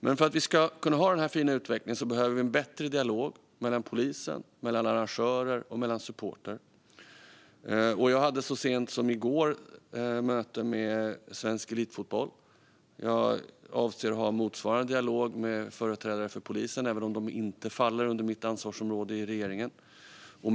Men för att vi ska kunna ha en fin utveckling behöver vi ha en bättre dialog mellan polisen, arrangörer och supportrar. Jag hade så sent som i går ett möte med Svensk Elitfotboll. Jag avser att ha en motsvarande dialog med företrädare för polisen även om de inte faller under mitt ansvarsområde i regeringen.